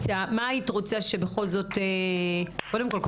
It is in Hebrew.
(נשמעות מחיאות כפים) קודם כל כול